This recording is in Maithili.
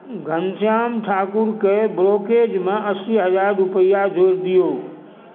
घनश्याम ठाकुरके ब्रोकेज मे अस्सी हजार रुपैया जोड़ि दियौ